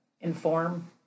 inform